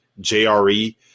JRE